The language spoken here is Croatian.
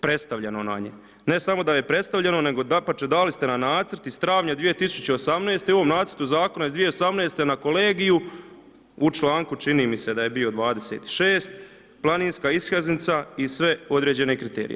Predstavljeno nam je, ne samo da je predstavljeno nego dapače dali ste nam nacrt iz travnja 2018. i u ovom nacrtu zakona iz 2018. na kolegiju u članku, čini mi se da je bio 36. planinska iskaznica i sve određene kriterije.